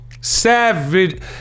savage